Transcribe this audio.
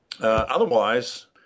Otherwise